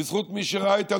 בזכות מי שראה את הנולד,